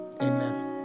Amen